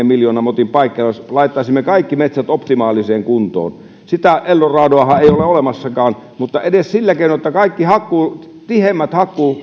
miljoonan motin paikkeilla jos laittaisimme kaikki metsät optimaaliseen kuntoon sitä eldoradoahan ei ole olemassakaan mutta edes sillä keinoin että kaikki tiheimmät